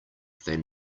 than